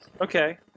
Okay